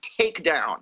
takedown